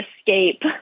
escape